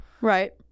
Right